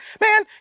man